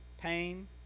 pain